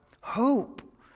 hope